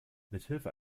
mithilfe